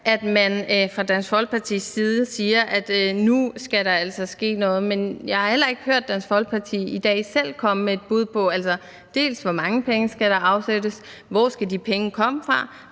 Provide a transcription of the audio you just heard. at man fra Dansk Folkepartis side siger, at nu skal der altså ske noget. Men jeg har heller ikke hørt Dansk Folkeparti i dag selv komme med et bud på, dels hvor mange penge der skal afsættes, dels hvor de penge skal komme fra.